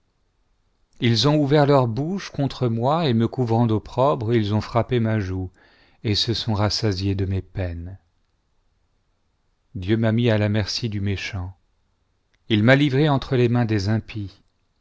ils ont ouvert leurs bouches contre moi et me couvrant d'opprobre ils ont frappé ma joue et se sont rassasiés de mes peines dieu m'a mis à la merci du méchant il m'a livré entre les mains des impies